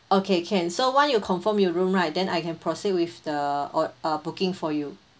okay can so once you confirm your room right then I can proceed with the or~ uh booking for you